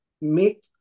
make